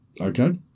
Okay